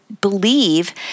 believe